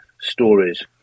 Stories